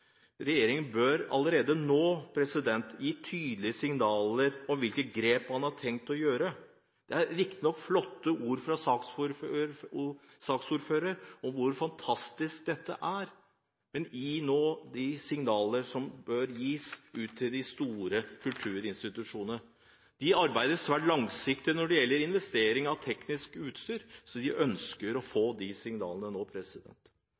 Regjeringen bør allerede nå gi tydelige signaler om hvilke grep man har tenkt å ta. Det er riktignok flotte ord fra saksordføreren om hvor fantastisk dette er, men gi nå de signaler som bør gis til de store kulturinstitusjonene. De arbeider svært langsiktig når det gjelder investering av teknisk utstyr, så de ønsker å få disse signalene nå.